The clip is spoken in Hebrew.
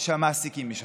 שהמעסיקים ישלמו,